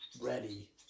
ready